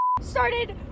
started